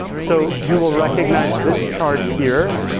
so you will recognize this chart here,